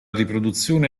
riproduzione